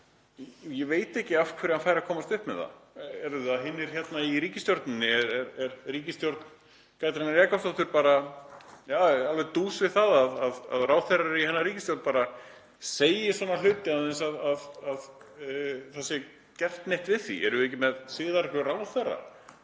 Ég veit ekki af hverju hann fær að komast upp með það. Eru það hinir í ríkisstjórninni? Er ríkisstjórn Katrínar Jakobsdóttur bara alveg dús við það að ráðherrar í hennar ríkisstjórn bara segi svona hluti án þess að það sé gert neitt við því? Erum við ekki með siðareglur ráðherra